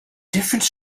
different